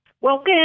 Welcome